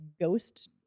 ghost